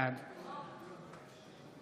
בעד